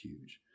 huge